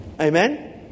Amen